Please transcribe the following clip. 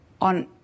on